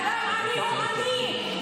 עני הוא עני,